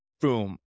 boom